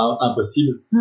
impossible